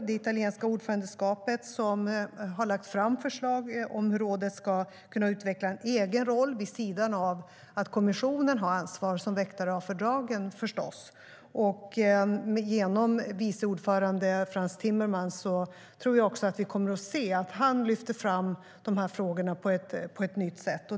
Det italienska ordförandeskapet har lagt fram förslag om hur rådet ska kunna utveckla en egen roll, vid sidan av att kommissionen förstås har ansvar som väktare av fördragen. Jag tror också att vi kommer att se att vice ordförande Frans Timmermans lyfter fram de här frågorna på ett nytt sätt.